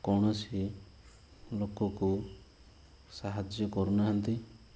କୌଣସି ଲୋକକୁ ସାହାଯ୍ୟ କରୁନାହାଁନ୍ତି